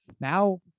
now